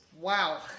Wow